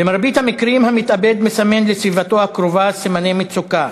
במרבית המקרים המתאבד מסמן לסביבתו הקרובה סימני מצוקה